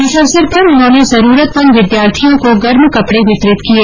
इस अवसर पर उन्होंने जरूरतमंद विद्यार्थियों को गर्म कपड़े वितरित किए